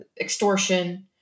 extortion